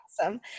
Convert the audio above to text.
awesome